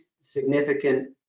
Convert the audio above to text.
significant